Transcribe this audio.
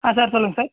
ஆ sir சொல்லுங்க sir